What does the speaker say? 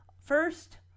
First